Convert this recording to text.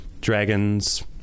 dragons